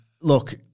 Look